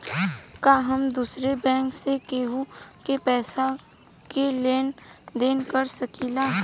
का हम दूसरे बैंक से केहू के पैसा क लेन देन कर सकिला?